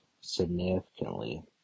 significantly